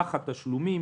למערך התשלומים.